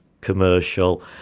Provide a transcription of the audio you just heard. commercial